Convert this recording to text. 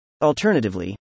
Alternatively